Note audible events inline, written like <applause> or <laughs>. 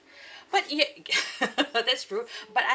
<breath> but yet <laughs> that's true but I